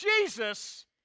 Jesus